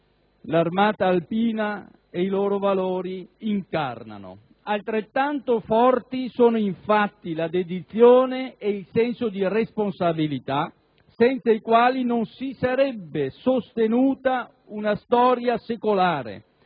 l'Armata alpina, incarnano. Altrettanto forti sono, infatti, la dedizione e il senso di responsabilità, senza i quali non si sarebbe sostenuta una storia secolare